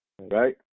right